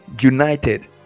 united